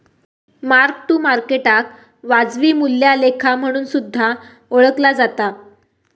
mark to मार्केटाक वाजवी मूल्या लेखा म्हणून सुद्धा ओळखला जाता